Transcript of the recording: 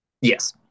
Yes